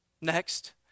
Next